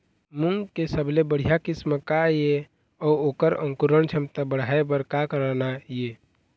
मूंग के सबले बढ़िया किस्म का ये अऊ ओकर अंकुरण क्षमता बढ़ाये बर का करना ये?